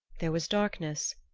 there was darkness,